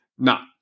Now